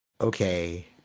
okay